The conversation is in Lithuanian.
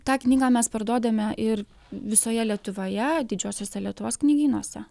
tą knygą mes parduodame ir visoje lietuvoje didžiuosiuose lietuvos knygynuose